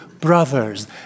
brothers